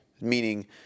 Meaning